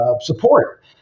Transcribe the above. support